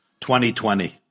2020